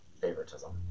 favoritism